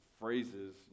phrases